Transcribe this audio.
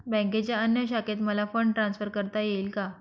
बँकेच्या अन्य शाखेत मला फंड ट्रान्सफर करता येईल का?